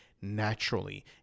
naturally